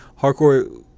hardcore